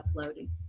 uploading